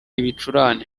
ibicurane